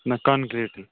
نہ کَنٛکِریٖٹٕے